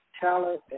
talent